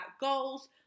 goals